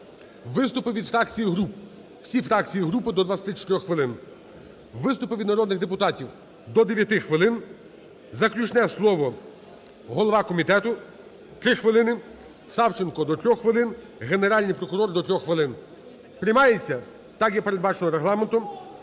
і груп, всі фракції і групи - до 24 хвилин, виступи від народних депутатів - до 9 хвилин, заключне слово голови комітету - 3 хвилини, Савченко - до 3 хвилин, Генеральний прокурор - до 3 хвилин. Приймається так, як передбачено Регламентом?